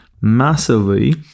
massively